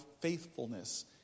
faithfulness